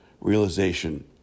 realization